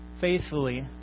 faithfully